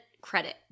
credit